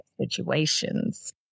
situations